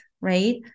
right